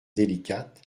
délicate